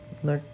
Ni~